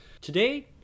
Today